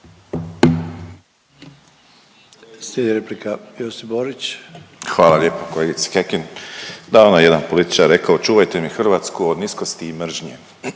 Hvala